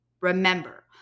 Remember